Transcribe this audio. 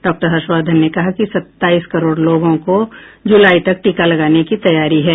doctor Harshvardhan ने कहा कि सत्ताईस करोड़ लोगों को जुलाई तक टीका लगाने की तैयारी है